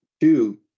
Two